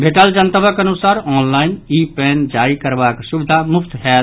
भेटल जनतबक अनुसार ऑनलाईन ई पैन जारी करबाक सुविधा मुफ्त होयत